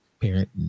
parent